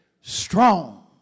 strong